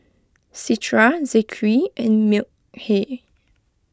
Citra Zikri and Mikhail